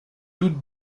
toutes